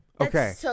Okay